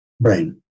brain